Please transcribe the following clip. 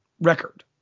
record